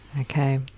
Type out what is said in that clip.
Okay